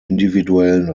individuellen